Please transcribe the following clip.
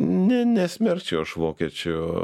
ne nesmerkčiau aš vokiečių